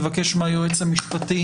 נבקש מהיועץ המשפטי